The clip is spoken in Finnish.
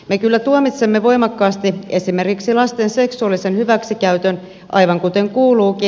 me kyllä tuomitsemme voimakkaasti esimerkiksi lasten seksuaalisen hyväksikäytön aivan kuten kuuluukin